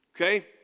Okay